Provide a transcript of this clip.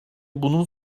bunun